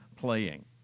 playing